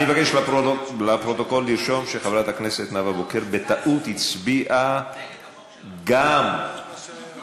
אני מבקש לפרוטוקול לרשום שחברת הכנסת נאוה בוקר בטעות הצביעה גם אצל,